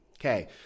Okay